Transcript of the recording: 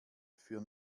für